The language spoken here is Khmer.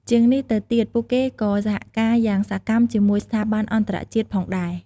ជាងនេះទៅទៀត ពួកគេក៏សហការយ៉ាងសកម្មជាមួយ ស្ថាប័នអន្តរជាតិផងដែរ។